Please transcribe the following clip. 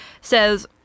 says